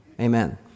Amen